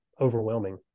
overwhelming